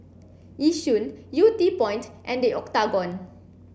Yishun Yew Tee Point and The Octagon